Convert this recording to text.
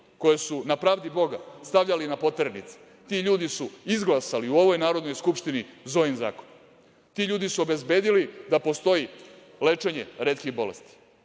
koje su na pravdi Boga stavljali na poternice, ti ljudi su izglasali u ovoj Narodnoj skupštini Zojin zakon. Ti ljudi su obezbedili da postoji lečenje retkih bolesti